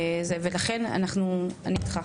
ולכן אני איתך.